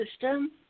system